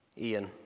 Ian